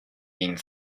being